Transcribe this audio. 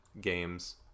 games